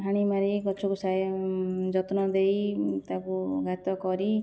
ହାଣି ମାରି ଗଛକୁ ଯତ୍ନ ଦେଇ ତାକୁ ଗାତ କରି